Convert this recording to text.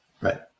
right